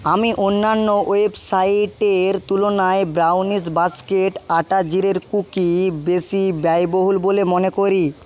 আমি অন্যান্য ওয়েবসাইটের তুলনায় ব্রাউনিস বাস্কেট আটা জিরের কুকি বেশি ব্যয়বহুল বলে মনে করি